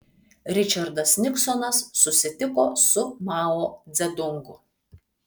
ričardas niksonas susitiko su mao dzedungu